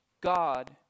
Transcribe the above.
God